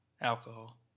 alcohol